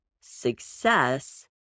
success